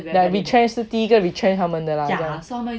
the retrench 是第一个 retrench 他们的啦